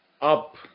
up